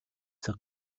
цаг